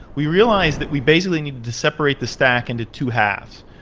we realize that we basically needed to separate the stack into two halves.